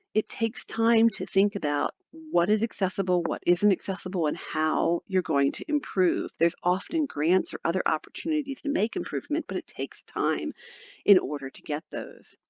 it takes time to think about what is accessible, what isn't accessible, and how you're going to improve. there's often grants or other opportunities to make improvement, but it takes time in order to get those.